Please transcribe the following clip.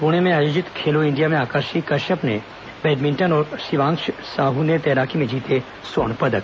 पुणे में आयोजित खेलो इंडिया में आकर्षि कश्यप ने बैडमिंटन और शिवांक्ष साहू ने तैराकी में जीते स्वर्ण पदक